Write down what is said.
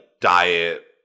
diet